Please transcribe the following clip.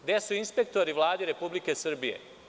Gde su inspektori Vladi Republike Srbije?